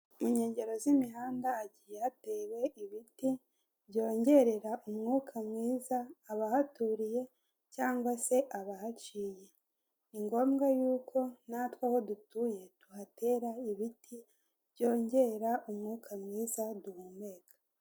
Inkengero z'imihanda hagiye hatewe ibiti byongerera umwuka mwiza abahaturiye cyangwa se abahaciye, ni ngombwa y'uko natwe aho dutuye tuhatera ibiti byongera umwuka mwiza duhumeka.